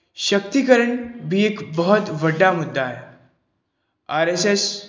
ਸ਼ਕਤੀਕਰਨ ਵੀ ਇੱਕ ਬਹੁਤ ਵੱਡਾ ਮੁੱਦਾ ਹੈ ਆਰ ਐਸ ਐਸ